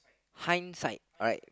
hindsight alright